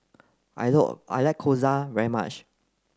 I I like Gyoza very much